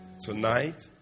tonight